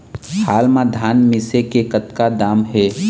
हाल मा धान मिसे के कतका दाम हे?